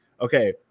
okay